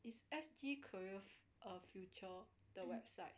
is S_G career uh future the website